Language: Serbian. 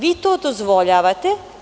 Vi to dozvoljavate.